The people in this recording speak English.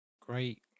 great